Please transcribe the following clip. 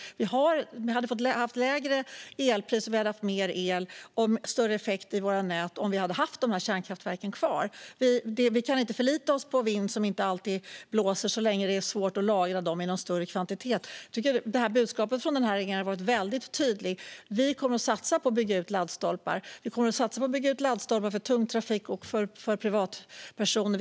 Vi hade haft lägre elpriser, mer el och större effekt i våra nät om vi hade haft de kärnkraftverken kvar. Vi kan inte förlita oss på vind, som inte alltid blåser, så länge det är svårt att lagra den elen i någon större kvantitet. Jag tycker att budskapet från den här regeringen har varit väldigt tydligt. Vi kommer att satsa på att bygga ut laddstolpar. Vi kommer att satsa på att bygga ut laddstolpar för tung trafik och för privatpersoner.